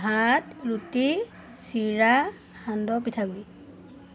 ভাত ৰুটি চিৰা সান্দহ পিঠাগুৰি